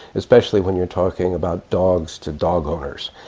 especially when you're talking about dogs to dog owners.